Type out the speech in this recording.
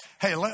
hey